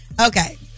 Okay